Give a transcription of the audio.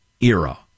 era